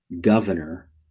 governor